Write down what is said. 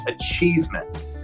achievement